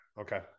okay